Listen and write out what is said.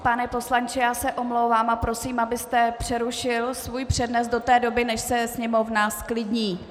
Pane poslanče, já se omlouvám a prosím, abyste přerušil svůj přednes do té doby, než se sněmovna zklidní.